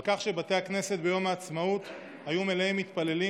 על כך שבתי הכנסת ביום העצמאות היו מלאי מתפללים,